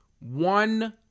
One